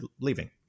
leaving